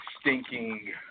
stinking